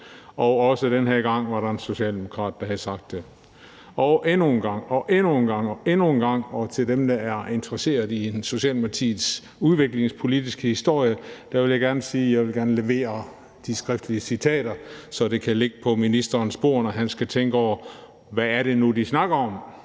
Og også den her gang er det en socialdemokrat, der har sagt det. Og endnu en gang og endnu en gang, og til dem, der er interesseret i Socialdemokratiets udviklingspolitiske historie, vil jeg gerne sige, at jeg gerne vil levere de skriftlige citater, så det kan ligge på ministerens bord, når han skal tænke over, hvad det nu er, de snakker om.